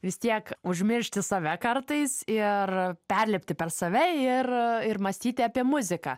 vis tiek užmiršti save kartais ir perlipti per save ir ir mąstyti apie muziką